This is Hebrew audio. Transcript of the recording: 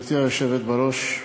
גברתי היושבת בראש,